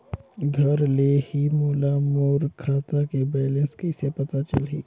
घर ले ही मोला मोर खाता के बैलेंस कइसे पता चलही?